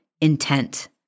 intent